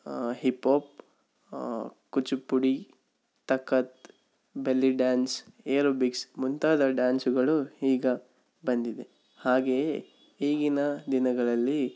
hip hop Kuchipudi Kathak belly dance aerobics ಮುಂತಾದ ಡ್ಯಾನ್ಸುಗಳು ಈಗ ಬಂದಿದೆ ಹಾಗೆಯೇ ಈಗಿನ ದಿನಗಳಲ್ಲಿ